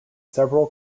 several